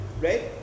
right